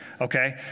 Okay